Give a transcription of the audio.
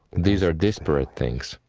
these are disparate things.